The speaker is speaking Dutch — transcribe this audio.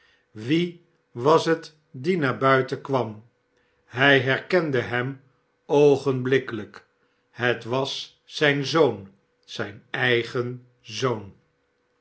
v was het die naar buiten kwam hij herkende hem oogendlikkelijk het was zijn zoon zijn eigen zoon